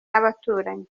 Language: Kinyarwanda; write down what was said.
n’abaturanyi